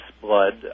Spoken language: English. blood